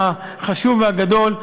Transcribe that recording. החשוב והגדול,